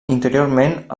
interiorment